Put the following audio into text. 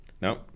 No